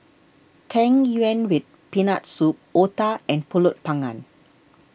Tang Yuen with Peanut Soup Otah and Pulut Panggang